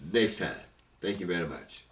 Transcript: they said thank you very much